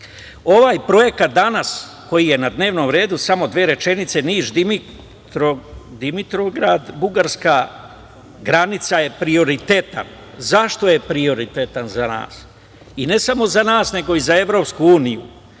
projekat danas koji je na dnevnom redu, samo dve rečenice, Niš – Dimitrovgrad - Bugarska (granica) je prioritetan. Zašto je prioritetan za nas i ne samo za nas, nego i za EU? Zbog